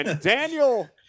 daniel